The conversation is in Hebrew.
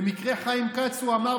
במקרה חיים כץ הוא אמר,